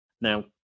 Now